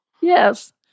Yes